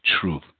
truth